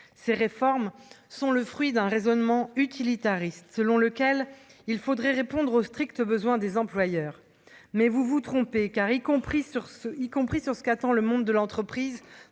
ces réformes sont le fruit d'un raisonnement utilitariste, selon lequel il faudrait répondre aux stricts besoins des employeurs, mais vous vous trompez car, y compris sur ce y compris sur ce qu'attend le monde de l'entreprise,